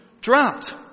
dropped